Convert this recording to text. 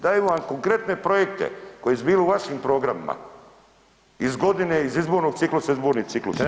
Dajemo vam konkretne projekte koji su bili u vašim programima iz godine, iz izbornog ciklusa, iz izbornih ciklusa.